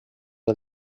del